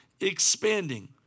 expanding